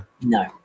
no